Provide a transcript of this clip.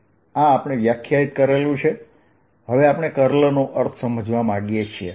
તેથી આ આપણે વ્યાખ્યાયિત કર્યું છે હવે આપણે કર્લ નો અર્થ સમજવા માંગીએ છીએ